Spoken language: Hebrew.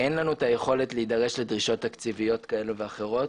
אין לנו היכולת להידרש לדרישות תקציביות כאלה ואחרות.